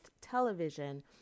television